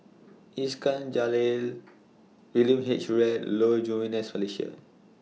Iskandar Jalil William H Read Low Jimenez Felicia